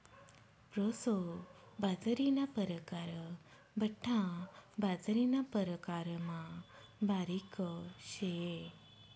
proso बाजरीना परकार बठ्ठा बाजरीना प्रकारमा बारीक शे